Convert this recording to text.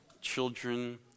children